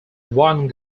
one